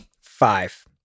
Five